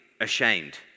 ashamed